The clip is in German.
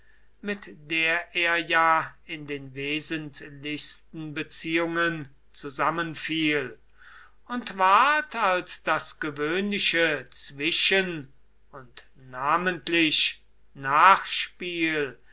mit der er ja in den wesentlichsten beziehungen zusammenfiel und ward als das gewöhnliche zwischen und namentlich nachspiel